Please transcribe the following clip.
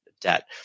debt